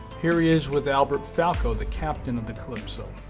here he is with albert falco, the captain of the calypso.